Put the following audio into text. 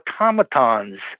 automatons